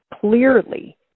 clearly